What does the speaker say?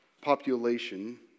population